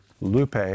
lupe